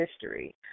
history